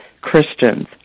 Christians